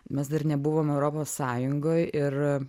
mes dar nebuvom europos sąjungoj ir